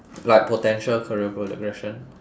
like potential career progression